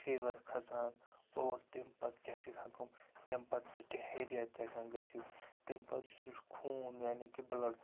fever کھَسان اور تَمہِ پَتہٕ کیٛاہ چھُ گژھان کٲم تَمہِ پَتہٕ سُہ ڈہیریا تہِ ہٮ۪کان گٔژھِتھ تَمہِ پَتہٕ یُس تٔمِس خوٗن یعنی کہِ بٕلَڈ